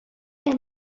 and